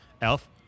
Elf